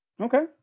Okay